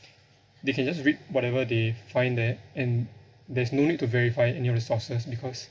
they can just read whatever they find there and there's no need to verify any of the sources because